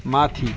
माथि